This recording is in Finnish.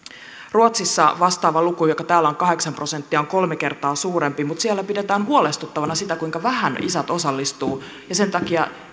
ruotsissa vastaava luku joka täällä on kahdeksan prosenttia on kolme kertaa suurempi mutta siellä pidetään huolestuttavana sitä kuinka vähän isät osallistuvat ja sen takia